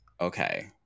okay